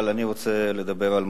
אבל אני רוצה לדבר על מדע,